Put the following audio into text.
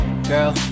girl